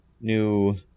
new